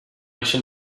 için